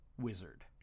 wizard